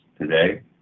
Today